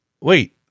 Wait